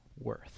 worth